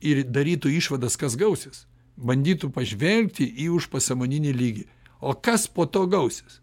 ir darytų išvadas kas gausis bandytų pažvelgti į užpasąmoninį lygį o kas po to gausis